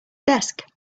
desk